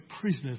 prisoners